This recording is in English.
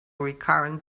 recurrent